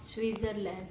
Switzerland